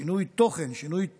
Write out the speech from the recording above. שינוי תוכן, שינוי תוכני,